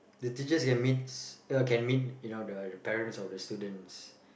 the teacher can meets uh can meet you know the parent of the students